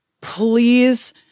please